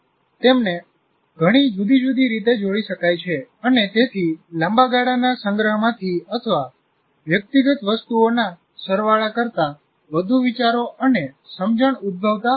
તેમને ઘણી જુદી જુદી રીતે જોડી શકાય છે અને તેથી લાંબા ગાળાના સંગ્રહમાંથી અથવા વ્યક્તિગત વસ્તુઓના સરવાળા કરતાં વધુ વિચારો અને સમજણ ઉદ્ભવતા હોય છે